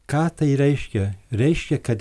ką tai reiškia reiškia kad